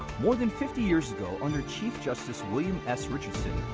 more than fifty years ago, under chief justice william s. richardson,